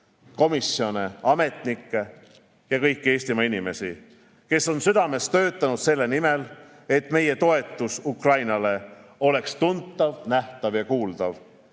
komisjone, ametnikke ja kõiki Eestimaa inimesi, kes on südamest töötanud selle nimel, et meie toetus Ukrainale oleks tuntav, nähtav ja kuuldav.